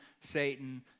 Satan